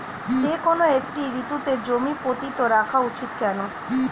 যেকোনো একটি ঋতুতে জমি পতিত রাখা উচিৎ কেন?